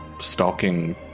stalking